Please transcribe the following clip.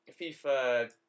FIFA